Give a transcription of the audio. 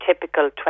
typical